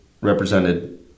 represented